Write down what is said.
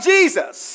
Jesus